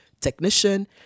technician